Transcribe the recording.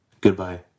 Goodbye